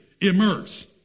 immerse